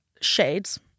shades